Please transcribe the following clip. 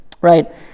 right